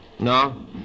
No